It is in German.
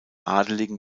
adligen